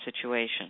situation